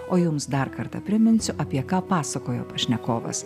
o jums dar kartą priminsiu apie ką pasakojo pašnekovas